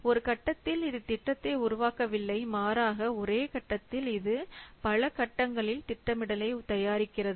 ஒரு கட்டத்தில் இது திட்டத்தை உருவாக்க வில்லை மாறாக ஒரே கட்டத்தில் இது பல கட்டங்களில் திட்டமிடலை தயாரிக்கிறது